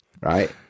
right